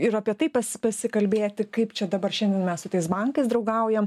ir apie tai pasikalbėti kaip čia dabar šiandien mes su tais bankais draugaujam